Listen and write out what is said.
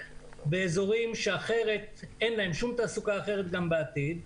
באזורים שאחרת אין להם שום תעסוקה אחרת גם בעתיד.